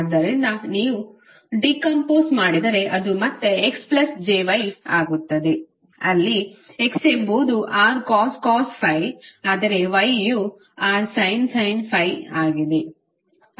ಆದ್ದರಿಂದ ನೀವು ಡಿಕಂಫೋಸ್ ಮಾಡಿದರೆ ಅದು ಮತ್ತೆ xjy ಆಗುತ್ತದೆ ಅಲ್ಲಿ x ಎಂಬುದು rcos ∅ ಆದರೆ y ಯು rsin ∅ ಆಗಿದೆ